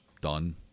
done